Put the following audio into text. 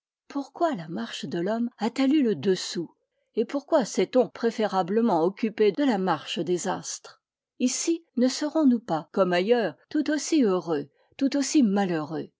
pourquoi la marche de l'homme a-t-elle eu le dessous et pourquoi sest on préférablement occupé de la marche des astres ici ne serons-nous pas comme ailleurs tout aussi heureux tout aussi malheureux